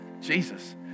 Jesus